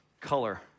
color